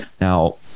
Now